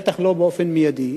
בטח לא באופן מיידי.